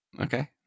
Okay